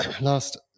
last